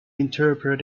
interpret